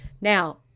Now